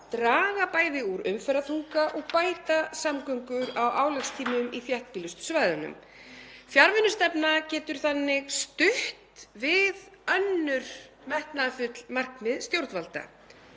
draga bæði úr umferðarþunga og bæta samgöngur á álagstímum í þéttbýlustu svæðunum. Fjarvinnustefna getur þannig stutt við önnur metnaðarfull markmið stjórnvalda.